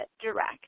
direct